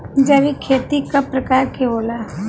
जैविक खेती कव प्रकार के होला?